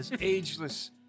ageless